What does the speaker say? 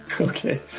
Okay